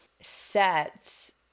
sets